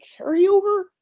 carryover